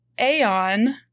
Aeon